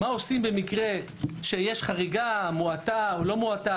מה עושים במקרה שיש חריגה מועטה או לא מועטה